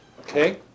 Okay